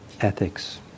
ethics